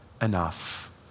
enough